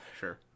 Sure